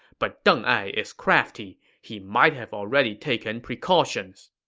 but deng ai is crafty he might have already taken precautions.